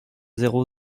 zéro